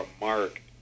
mark